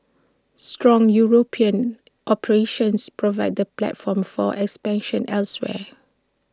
strong european operations provide the platform for expansion elsewhere